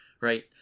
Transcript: Right